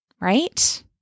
Right